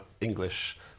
English